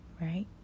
right